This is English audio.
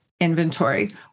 inventory